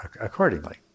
accordingly